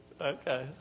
Okay